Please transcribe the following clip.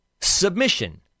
submission